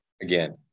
Again